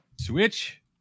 Switch